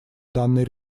данной